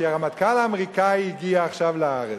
כי הרמטכ"ל האמריקני הגיע עכשיו לארץ,